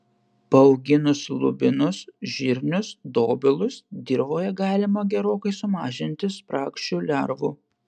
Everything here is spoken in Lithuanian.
paauginus lubinus žirnius dobilus dirvoje galima gerokai sumažinti spragšių lervų